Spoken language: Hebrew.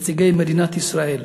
נציגי מדינת ישראל,